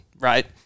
Right